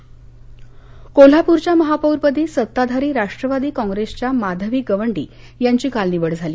कोल्हापर कोल्हाप्रच्या महापोरपदी सत्ताधारी राष्ट्रवादी कॉप्रेसच्या माधवी गवंडी यांची काल निवड झाली